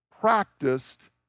practiced